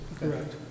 correct